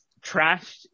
trashed